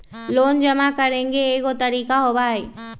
Loan जमा करेंगे एगो तारीक होबहई?